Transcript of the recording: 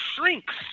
shrinks